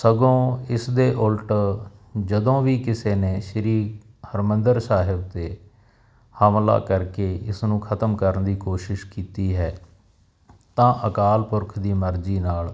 ਸਗੋਂ ਇਸ ਦੇ ਉਲਟ ਜਦੋਂ ਵੀ ਕਿਸੇ ਨੇ ਸ੍ਰੀ ਹਰਿਮੰਦਰ ਸਾਹਿਬ ਤੇ ਹਮਲਾ ਕਰਕੇ ਇਸ ਨੂੰ ਖਤਮ ਕਰਨ ਦੀ ਕੋਸ਼ਿਸ਼ ਕੀਤੀ ਹੈ ਤਾਂ ਅਕਾਲ ਪੁਰਖ ਦੀ ਮਰਜ਼ੀ ਨਾਲ